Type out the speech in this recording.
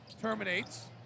Terminates